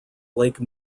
lake